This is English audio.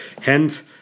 hence